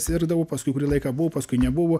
sirgdavo paskui kurį laiką buvo paskui nebuvo